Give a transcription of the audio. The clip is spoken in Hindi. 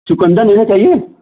चुकन्दर लेना चाहिए